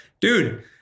dude